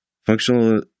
Functional